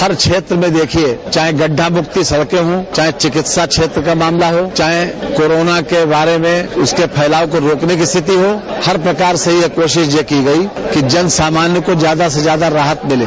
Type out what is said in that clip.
हर क्षेत्र में देखिए चाहे गड़ढ़ा मुक्त सड़कें हो चाहे चिकित्सा क्षेत्र का मामला हो चाहे कोरोना के बारे में उसके फैलाव के रोकने की स्थिति हो हर प्रकार से यह कोशिश की गई कि जन सामान्य को ज्यादा से ज्यादा राहत मिले